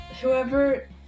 whoever